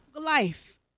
life